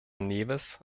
neves